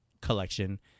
collection